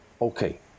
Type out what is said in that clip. Okay